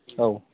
औ